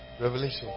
revelation